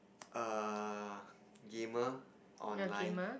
err gamer online